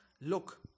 look